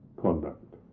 conduct